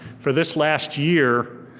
for this last year,